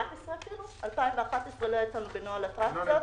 2011 לא יצאנו בנוהל אטרקציות.